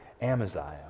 Amaziah